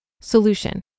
Solution